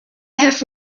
have